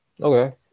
Okay